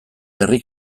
herri